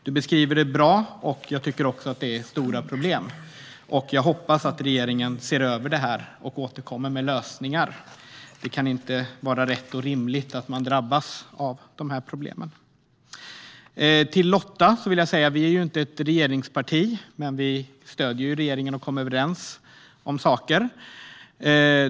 Han beskriver problemet bra, och det är ett stort problem. Jag hoppas att regeringen ser över frågan och återkommer med förslag till lösningar. Det kan inte vara rätt och rimligt att drabbas av de problemen. Vänsterpartiet är inte, Lotta Finstorp, ett regeringsparti, men vi stöder regeringen och kommer överens om saker.